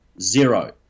Zero